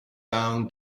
down